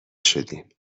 شدیم